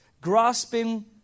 Grasping